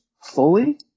fully